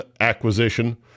acquisition